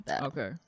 okay